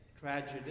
tragedy